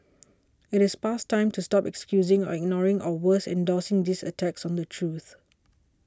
it is past time to stop excusing or ignoring or worse endorsing these attacks on the truth